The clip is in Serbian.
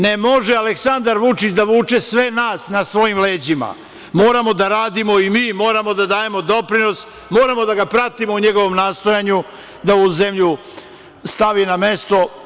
Ne može Aleksandar Vučić da vuče sve nas na svojim leđima, moramo da radimo i mi, moramo da dajemo doprinos, moramo da ga pratimo u njegovom nastojanju da ovu zemlju stavi na mesto koje joj pripada.